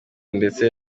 ndetse